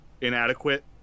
inadequate